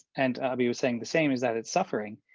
and abhi was saying the same as that it's suffering.